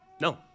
No